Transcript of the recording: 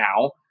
now